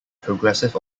progressive